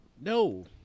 No